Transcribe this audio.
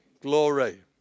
Glory